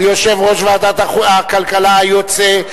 ויושב-ראש ועדת הכלכלה היוצא,